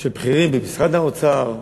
של בכירים במשרד האוצר,